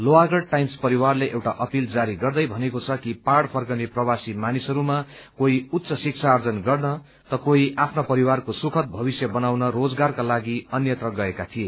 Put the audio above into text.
Lohagarh Times परिवारले एउटा appeal जारी गर्दै भनेको छ कि पहाड़ फर्किने प्रवासी मानिसहरूमा कोही उच्च शिक्षा आर्जन गर्न त कोही आपना परिवारको सुखद भविष्य बनाउन रोजगारका लागि अन्यत्र गएका थिए